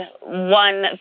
one